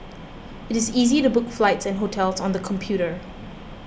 it is easy to book flights and hotels on the computer